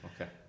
Okay